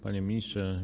Panie Ministrze!